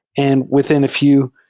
and within a few,